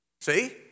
See